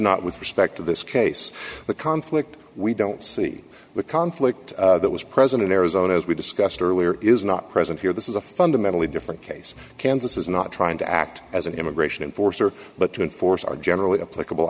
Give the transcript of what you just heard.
not with respect to this case the conflict we don't see the conflict that was present in arizona as we discussed earlier is not present here this is a fundamentally different case kansas is not trying to act as an immigration force or but to enforce our generally appl